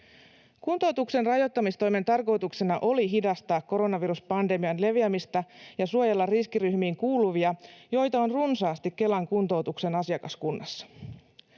Kuntoutuksen rajoittamistoimen tarkoituksena oli hidastaa koronaviruspandemian leviämistä ja suojella riskiryhmiin kuuluvia, joita on runsaasti Kelan kuntoutuksen asiakaskunnassa.